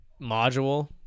module